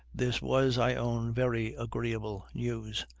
this was, i own, very agreeable news,